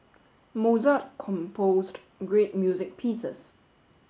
Mozart composed great music pieces